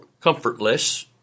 comfortless